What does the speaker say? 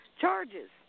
charges